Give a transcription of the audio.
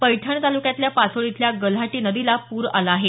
पैठण तालुक्यातल्या पाचोड इथल्या गल्हाटी नदीला पूर आला आहे